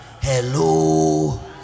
hello